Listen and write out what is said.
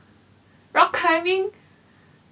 rock climbing